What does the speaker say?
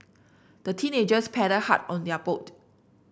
the teenagers paddled hard on their boat